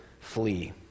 flee